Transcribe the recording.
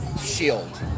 Shield